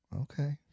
Okay